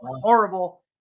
horrible